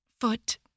Foot